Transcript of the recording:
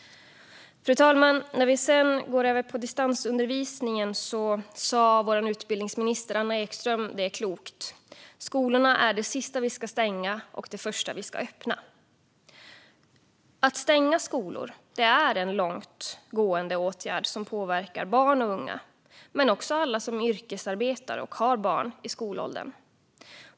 Fru talman! Vi går nu över till frågan om distansundervisning. Vår utbildningsminister Anna Ekström sa det klokt: Skolorna är det sista vi ska stänga och det första vi ska öppna. Att stänga skolor är en långtgående åtgärd som påverkar barn och unga men också alla som yrkesarbetar och har barn i skolåldern.